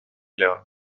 león